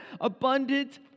abundant